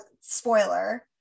spoiler